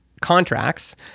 contracts